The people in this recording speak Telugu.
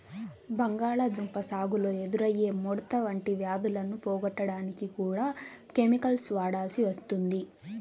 బంగాళాదుంప సాగులో ఎదురయ్యే ముడత వంటి వ్యాధులను పోగొట్టడానికి కూడా కెమికల్స్ వాడాల్సి వస్తుంది